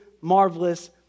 marvelous